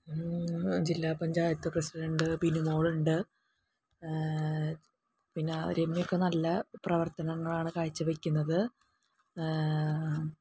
ജില്ലാ പഞ്ചായത്ത് പ്രസിഡണ്ട് ബിനിമോളുണ്ട് പിന്നെ ആ രമ്യ ഇപ്പോൾ നല്ല പ്രവർത്തനങ്ങളാണ് കാഴ്ചവയ്ക്കുന്നത്